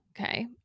Okay